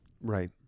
right